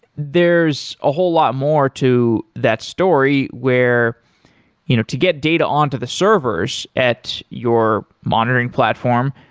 there's a whole lot more to that story where you know to get data on to the servers at your monitoring platform,